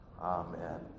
Amen